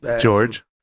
george